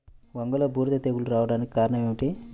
వంగలో బూడిద తెగులు రావడానికి కారణం ఏమిటి?